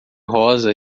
rosa